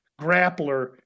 grappler